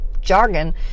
jargon